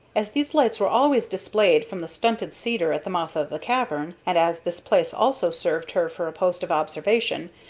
as these lights were always displayed from the stunted cedar at the mouth of the cavern, and as this place also served her for a post of observation,